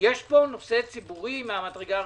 שיש פה נושא ציבורי מהמדרגה הראשונה,